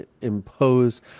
imposed